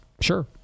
Sure